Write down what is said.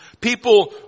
People